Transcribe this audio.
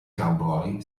cowboy